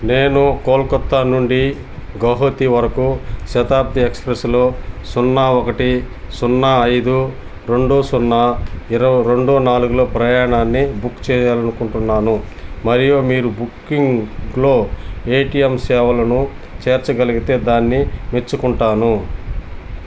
నేను కోల్కతా నుండి గౌహతి వరకు శతాబ్ది ఎక్స్ప్రెస్లో సున్నా ఒకటి సున్నా ఐదు రెండు సున్నా ఇర రెండు నాలుగులో ప్రయాణాన్ని బుక్ చెయ్యాలనుకుంటున్నాను మరియు మీరు బుక్కింగ్లో ఏటీఎం సేవలను చేర్చగలిగితే దాన్ని మెచ్చుకుంటాను